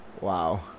Wow